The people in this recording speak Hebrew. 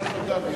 דרך אגב,